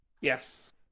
Yes